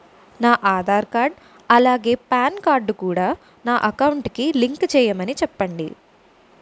నా ఆధార్ కార్డ్ అలాగే PAN card కూడా నా అకౌంట్ కి లింక్ చేయమని చెప్పండి